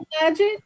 magic